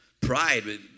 Pride